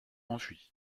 enfui